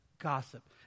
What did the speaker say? gossip